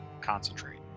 concentrate